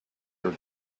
your